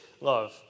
love